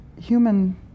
human